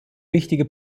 wichtige